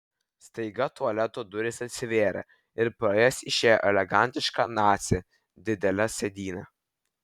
staiga tualeto durys atsivėrė ir pro jas išėjo elegantiška nacė didele sėdyne